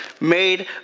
made